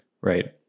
Right